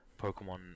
pokemon